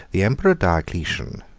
the emperor diocletian,